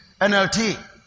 NLT